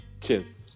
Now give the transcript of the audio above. Cheers